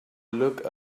look